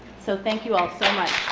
so thank you all so much.